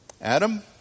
Adam